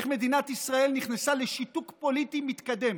הרי ראינו איך מדינת ישראל נכנסה לשיתוק פוליטי מתקדם,